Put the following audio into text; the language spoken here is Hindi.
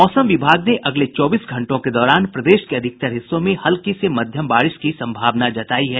मौसम विभाग ने अगले चौबीस घंटों के दौरान प्रदेश के अधिकतर हिस्सों में हल्की से मध्यम बारिश की संभावना जतायी है